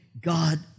God